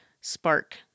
spark